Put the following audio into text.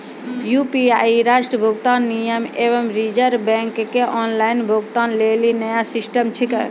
UPI राष्ट्रीय भुगतान निगम एवं रिज़र्व बैंक के ऑनलाइन भुगतान लेली नया सिस्टम छिकै